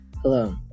Hello